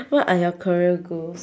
what are your career goals